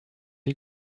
you